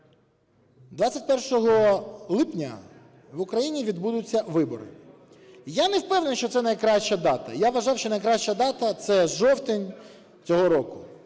21 липня в Україні відбудуться вибори. Я не впевнений, що це найкраща дата, я вважаю, що найкраща дата – це жовтень цього року.